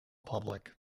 public